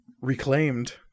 Reclaimed